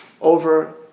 over